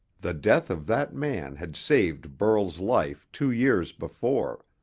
the death of that man had saved burl's life two years before.